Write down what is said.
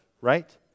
right